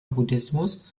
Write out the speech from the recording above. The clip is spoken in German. buddhismus